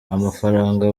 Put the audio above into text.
amafaranga